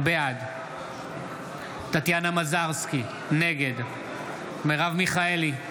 בעד טטיאנה מזרסקי, נגד מרב מיכאלי,